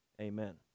amen